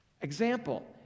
Example